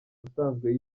usanzwe